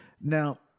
Now